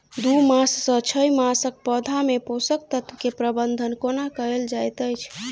दू मास सँ छै मासक पौधा मे पोसक तत्त्व केँ प्रबंधन कोना कएल जाइत अछि?